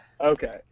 Okay